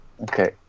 Okay